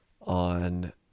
on